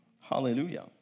hallelujah